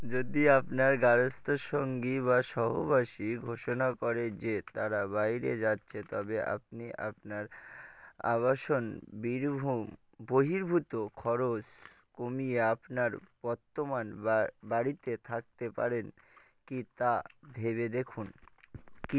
যদি আপনার গারস্থ সঙ্গী বা সহবাসী ঘোষণা করে যে তারা বাইরে যাচ্ছে তবে আপনি আপনার আবাসন বীরভূম বহির্ভূত খরচ কমিয়ে আপনার বর্তমান বা বাড়িতে থাকতে পারেন কি তা ভেবে দেখুন